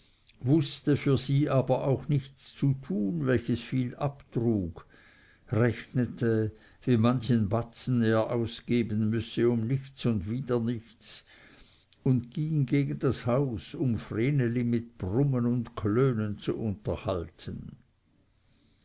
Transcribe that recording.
wußte für sie aber auch nichts zu tun welches viel abtrug rechnete wie manchen batzen er ausgeben müsse um nichts und wieder nichts und ging gegen das haus um vreneli mit brummen und klönen zu unterhalten